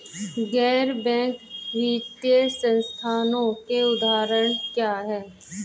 गैर बैंक वित्तीय संस्थानों के उदाहरण क्या हैं?